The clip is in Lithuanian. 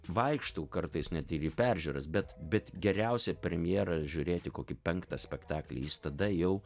vaikštau kartais net ir į peržiūras bet bet geriausia premjerą žiūrėti kokį penktą spektaklį jis tada jau